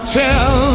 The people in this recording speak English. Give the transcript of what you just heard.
tell